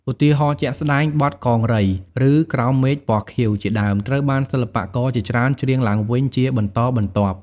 ឧទាហរណ៍ជាក់ស្ដែង បទ កង្រី ឬ ក្រោមមេឃពណ៌ខៀវ ជាដើម ត្រូវបានសិល្បករជាច្រើនច្រៀងឡើងវិញជាបន្តបន្ទាប់ ។